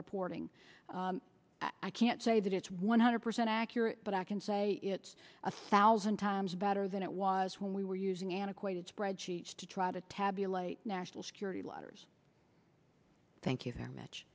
reporting i can't say that it's one hundred percent accurate but i can say it's a thousand times better than it was when we were using antiquated spreadsheets to try to tabulate national security letters thank you very much